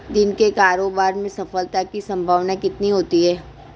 दिन के कारोबार में सफलता की संभावना कितनी होती है?